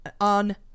On